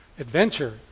adventure